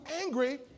angry